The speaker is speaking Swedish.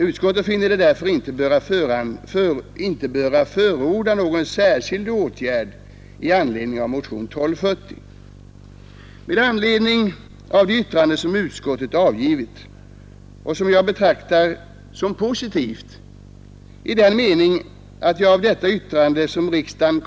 Utskottet finner sig därför inte böra förorda någon särskild åtgärd i anledning av motionen 1972:1240.” Det yttrande som utskottet avgivit och som riksdagen kommer att anta betraktar jag som positivt.